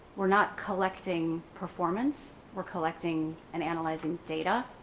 we're not collecting performance, we're collecting and analyzing data.